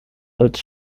als